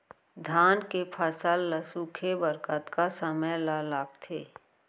धान के फसल ल सूखे बर कतका समय ल लगथे?